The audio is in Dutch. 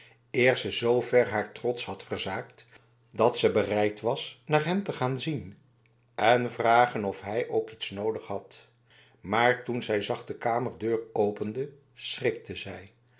z ver haar trots had verzaakt dat ze bereid was naar hem te gaan zien en vragen of hij ook iets nodig had maar toen zij zacht de kamerdeur opende schrikte zij